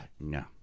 No